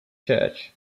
church